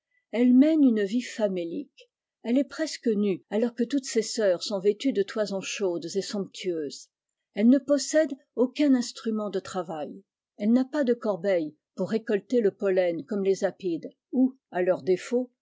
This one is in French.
elle mène une vie famélique elle est presque nue alors que toutes ses sœurs gont vêtues de toisons chaudes et somptueuses elle ne possède aucun instrument de travail ellft n'a pas de corbeilles pour récolter le polie comme les apides ou à leur défaut